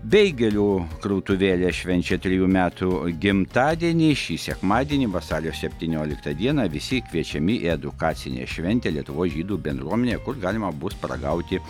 beigelių krautuvėlė švenčia trejų metų gimtadienį šį sekmadienį vasario septynioliktą dieną visi kviečiami į edukacinę šventę lietuvos žydų bendruomenėj kur galima bus paragauti